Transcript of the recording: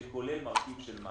זה כולל מרכיב של מע"מ.